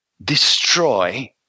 destroy